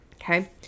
Okay